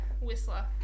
Whistler